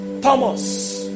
Thomas